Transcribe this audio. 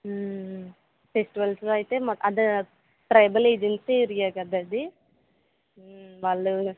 ఫెస్టివల్స్లో అయితే మొ అదే ట్రైబల్ ఏజన్సీ ఏరియా కదా అదీ వాళ్ళు